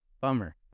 bummer